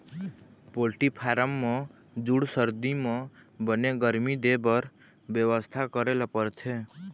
poultry farm म जूड़ सरदी म बने गरमी देबर बेवस्था करे ल परथे